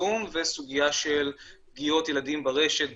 זום וסוגיה שלפגיעות ילדים ברשת,